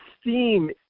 steam